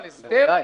ודאי,